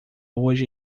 hoje